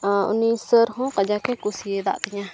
ᱟᱨ ᱩᱱᱤ ᱥᱟᱨ ᱦᱚᱸ ᱠᱟᱡᱟᱠᱮ ᱠᱩᱥᱤ ᱟᱠᱟᱫ ᱛᱤᱧᱟ